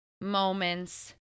moments